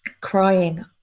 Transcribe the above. crying